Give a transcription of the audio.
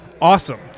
awesome